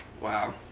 Wow